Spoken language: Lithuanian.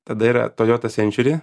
tada yra toyota century